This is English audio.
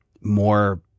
more